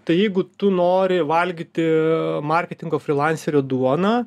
tai jeigu tu nori valgyti marketingo frilanserio duoną